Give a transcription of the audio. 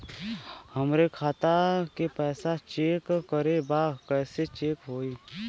हमरे खाता के पैसा चेक करें बा कैसे चेक होई?